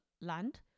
land